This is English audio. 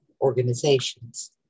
organizations